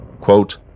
quote